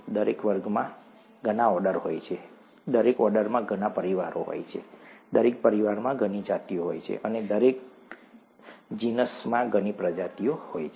દરેક વર્ગમાં ઘણા ઓર્ડર હોય છે દરેક ઓર્ડરમાં ઘણા પરિવારો હોય છે દરેક પરિવારમાં ઘણી જાતિઓ હોય છે અને દરેક જીનસમાં ઘણી પ્રજાતિઓ હોય છે